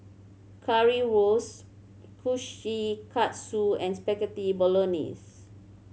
Currywurst Kushikatsu and Spaghetti Bolognese